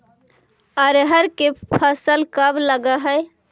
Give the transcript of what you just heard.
अरहर के फसल कब लग है?